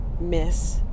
Miss